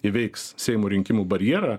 įveiks seimo rinkimų barjerą